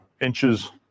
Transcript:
inches